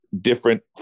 different